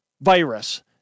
virus